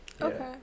Okay